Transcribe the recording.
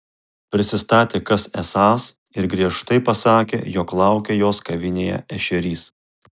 prisistatė kas esąs ir griežtai pasakė jog laukia jos kavinėje ešerys